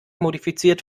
modifiziert